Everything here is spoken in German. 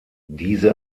diese